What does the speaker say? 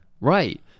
right